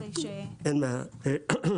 אין בעיה.